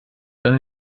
dann